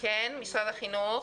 משרד החינוך?